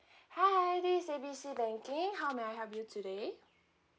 hi this is A B C banking how may I help you today